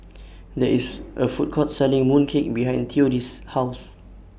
There IS A Food Court Selling Mooncake behind Theodis' House